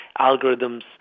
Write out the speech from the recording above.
algorithms